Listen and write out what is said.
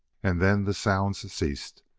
and then the sounds ceased.